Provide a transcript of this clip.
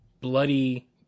bloody